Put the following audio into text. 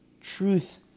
Truth